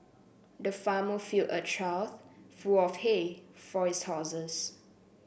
the farmer filled a trough full of hay for his horses